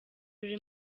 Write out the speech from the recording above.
ruri